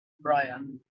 Brian